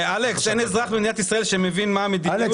אין אזרח בישראל שמבין מה המדיניות.